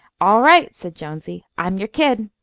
all right, said jonesy. i'm your kid.